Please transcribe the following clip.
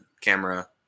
camera